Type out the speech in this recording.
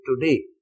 today